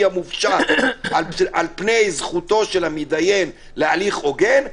המופשט על פני זכותו של המידיין להליך הוגן,